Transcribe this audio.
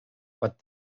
what